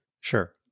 Sure